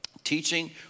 teaching